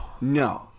No